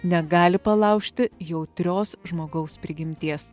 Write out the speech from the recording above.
negali palaužti jautrios žmogaus prigimties